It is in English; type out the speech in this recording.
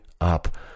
up